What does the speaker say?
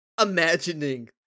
imagining